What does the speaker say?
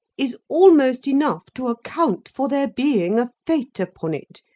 is almost enough to account for there being a fate upon it,